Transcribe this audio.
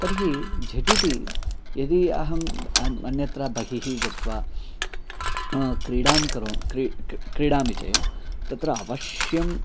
तर्हि झटिति यदि अहम् अन् अन्यत्र बहिः गत्वा क्रीडां करोमि क्री क् क्रीडामि चेत् तत्र अवश्यम्